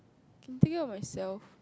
I can take care of myself